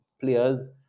Players